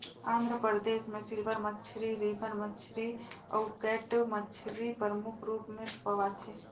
आंध्र परदेस में सिल्वर मछरी, रिबन मछरी अउ कैट मछरी परमुख रूप में पवाथे